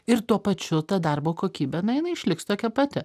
ir tuo pačiu ta darbo kokybė na jinai išliks tokia pati